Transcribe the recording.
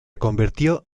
convirtió